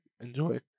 enjoy